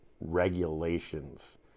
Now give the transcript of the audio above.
regulations